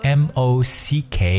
mock